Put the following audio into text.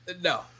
No